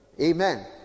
amen